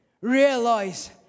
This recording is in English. realize